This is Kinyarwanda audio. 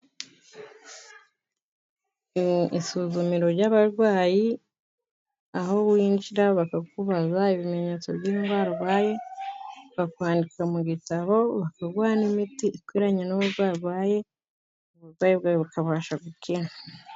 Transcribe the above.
Isuzumiro ry'abarwayi, aho winjira bakakubaza ibimenyetso by'indwara urwaye, bakakwandika mu gitabo bakaguha n'imiti ikwiranye n'uburwayi urwaye, uburwayi bwawe bukabasha gukira.